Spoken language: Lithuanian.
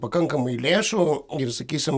pakankamai lėšų ir sakysim